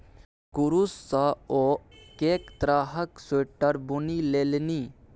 कुरूश सँ ओ कैक तरहक स्वेटर बुनि लेलनि